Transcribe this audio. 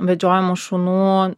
vedžiojamų šunų